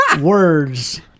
words